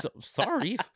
sorry